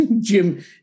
Jim